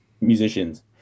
musicians